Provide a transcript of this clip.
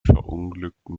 verunglückten